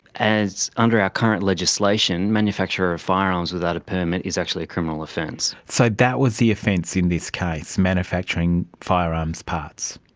as under our current legislation manufacture of firearms without a permit is actually a criminal offence. so that was the offence in this case, manufacturing firearms parts.